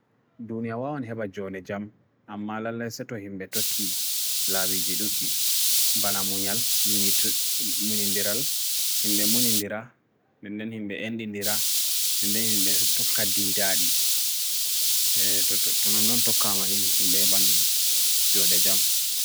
duniawa wan heba jone jam, amma lalese to himbe toki labi jidu di. Banamunyal, munindiral, himbe munindira, ben din himbe endindira, ben din himbe toka di dadi, tunonon toka mani himbe ban jone jam.